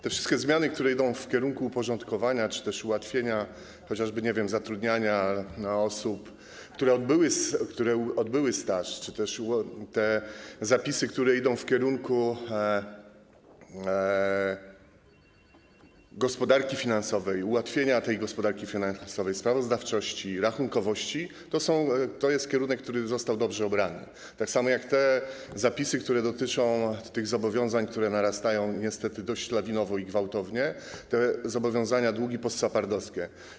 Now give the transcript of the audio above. Te wszystkie zmiany, które idą w kierunku uporządkowania czy też ułatwienia chociażby zatrudniania osób, które odbyły staż, czy te zapisy, które idą w kierunku gospodarki finansowej, ułatwienia w zakresie gospodarki finansowej, sprawozdawczości i rachunkowości, to jest kierunek, który został dobrze obrany, tak samo jak te zapisy, które dotyczą zobowiązań, które narastają niestety dość lawinowo i gwałtownie, chodzi o zobowiązania, długi po-SAPARD-owskie.